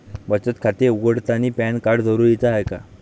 बचत खाते उघडतानी पॅन कार्ड जरुरीच हाय का?